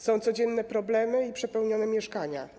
Są codzienne problemy i przepełnione mieszkania.